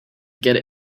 get